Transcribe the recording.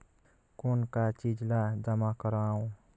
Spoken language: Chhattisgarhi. कौन का चीज ला जमा करवाओ?